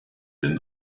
den